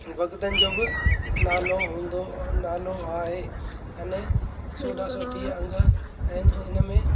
ऐं भगतनि जो बि नालो हूंदो नालो आहे अने चौॾहां सौ टीह अंग आहिनि इन में